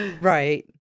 Right